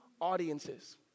audiences